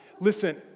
Listen